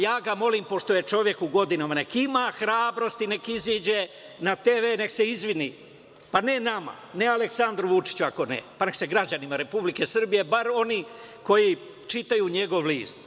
Ja ga molim, pošto je čovek u godinama, neka ima hrabrosti i neka izađe na TV i neka se izvini, ne nama, ne Aleksandru Vučiću, barem se građanima Republike Srbije, barem onima koji čitaju njegov list.